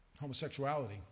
homosexuality